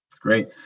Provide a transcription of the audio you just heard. Great